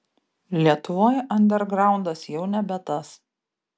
lietuvoj andergraundas jau nebe tas